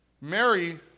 Mary